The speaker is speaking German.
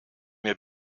mir